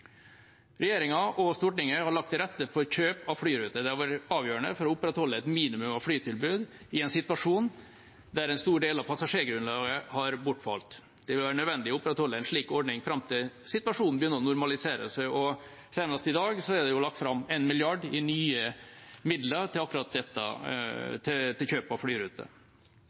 Regjeringa og Stortinget har lagt til rette for kjøp av flyruter. Det har vært avgjørende for å opprettholde et minimum av flytilbud i en situasjon der en stor del av passasjergrunnlaget har bortfalt. Det vil være nødvendig å opprettholde en slik ordning fram til situasjonen begynner å normalisere seg. Senest i dag er det lagt fram 1 mrd. kr i nye midler til nettopp kjøp av flyruter.